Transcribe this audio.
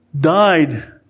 died